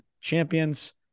champions